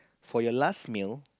for your last meal